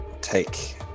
take